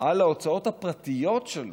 על ההוצאות הפרטיות שלו,